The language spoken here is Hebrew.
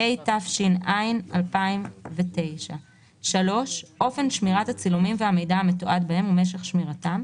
התש"ע 2009‏; (3)אופן שמירת הצילומים והמידע המתועד בהם ומשך שמירתם,